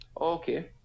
Okay